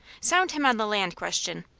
sound him on the land question.